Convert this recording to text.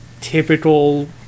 typical